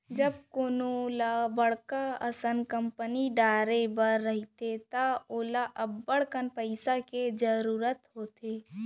जब कोनो ल बड़का असन कारखाना डारे बर रहिथे त ओला अब्बड़कन पइसा के जरूरत होथे